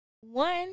One